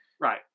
right